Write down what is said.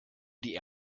die